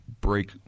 break